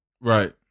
Right